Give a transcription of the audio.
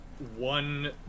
One